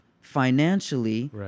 financially